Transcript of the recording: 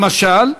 למשל,